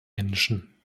menschen